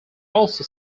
also